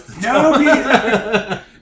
No